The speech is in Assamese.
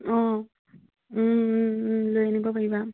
অঁ লৈ আনিব পাৰিবা